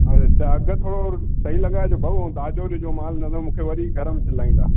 अड़े त अघु थोरो सही लॻाइजो भाऊ ताज़ो ॾिजो मालु न त मूंखे वरी घर में चिलाईंदा